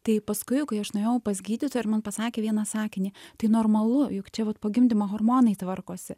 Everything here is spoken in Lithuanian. tai paskui jau kai aš nuėjau pas gydytoją ir man pasakė vieną sakinį tai normalu juk čia vat po gimdymo hormonai tvarkosi